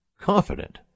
confident